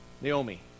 Naomi